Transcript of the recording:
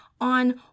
on